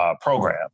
program